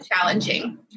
challenging